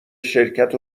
شرکت